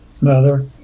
mother